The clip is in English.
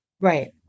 Right